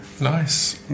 Nice